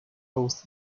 both